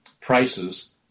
prices